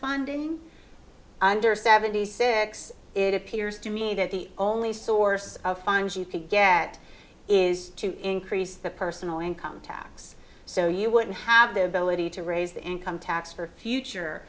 funding under seventy six it appears to me that the only source of funds you could get is to increase the personal income tax so you wouldn't have the ability to raise the income tax for future